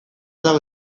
dago